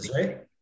right